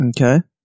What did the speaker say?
Okay